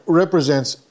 represents